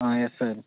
ah yes sir